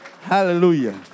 Hallelujah